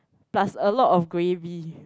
plus a lot of gravy